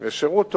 ושירות טוב,